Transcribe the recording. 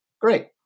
great